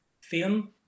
film